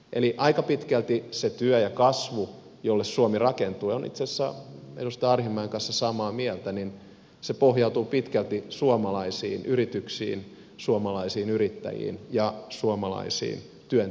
eli aika pitkälti se työ ja kasvu jolle suomi rakentuu olen itse asiassa edustaja arhinmäen kanssa samaa mieltä pohjautuu suomalaisiin yrityksiin suomalaisiin yrittäjiin ja suomalaisiin työntekijöihin